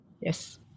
Yes